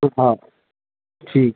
तो हाँ ठीक है